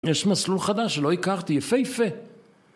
יש מסלול חדש שלא הכרתי, יפייפה